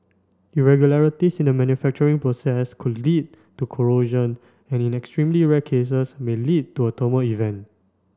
irregularities in the manufacturing process could lead to corrosion and in extremely rare cases may lead to a thermal event